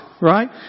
Right